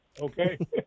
okay